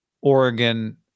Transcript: Oregon